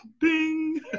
Ding